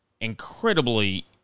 incredibly